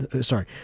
sorry